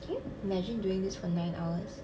can you imagine doing this for nine hours